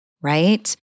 right